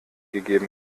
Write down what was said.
gegeben